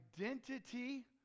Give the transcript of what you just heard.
identity